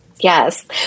Yes